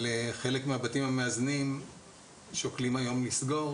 אבל חלק מהבתים המאזנים שוקלים היום לסגור,